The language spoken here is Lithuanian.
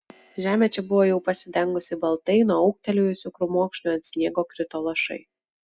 žemė čia buvo jau pasidengusi baltai nuo ūgtelėjusių krūmokšnių ant sniego krito lašai